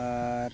ᱟᱨ